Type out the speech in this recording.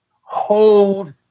Hold